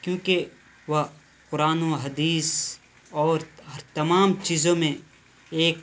کیونکہ وہ قرآن و حدیث اور تمام چیزوں میں ایک